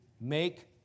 Make